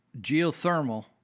geothermal